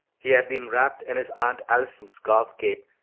he had been wrapped in his aunt allison's golf cape,